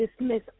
dismiss